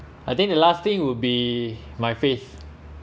I think the last thing would be my face